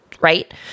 right